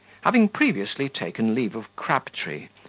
having previously taken leave of crabtree,